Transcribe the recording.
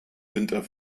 winter